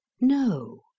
No